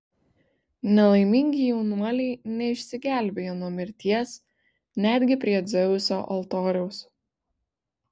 nelaimingi jaunuoliai neišsigelbėjo nuo mirties netgi prie dzeuso altoriaus